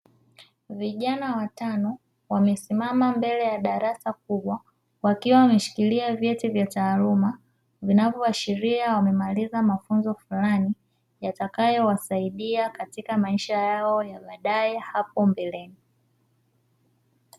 Vijana watano, wamesimama mbele ya darasa kubwa, wakiwa wameshikilia vyeti vya taaluma; vinavyoashiria wamemaliza mafunzo fulani, yatakayowasaidia katika maisha yao ya baadae hapo mbeleni.